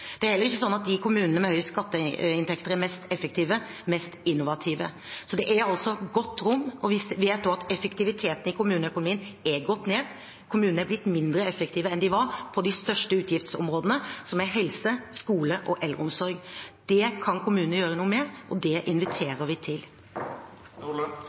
Det er heller ikke sånn at de kommunene med høyest skatteinntekter er mest effektive og mest innovative. Det er altså godt rom, og vi vet også at effektiviteten i kommuneøkonomien er gått ned. Kommunene er blitt mindre effektive enn de var, på de største utgiftsområdene, som er helse, skole og eldreomsorg. Det kan kommunene gjøre noe med, og det